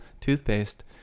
toothpaste